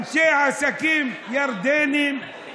אנשי עסקים ירדנים,